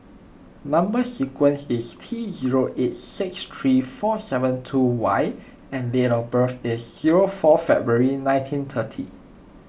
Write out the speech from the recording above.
Number Sequence is T zero eight six three four seven two Y and date of birth is zero four February nineteen thirty